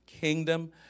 kingdom